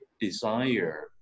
desire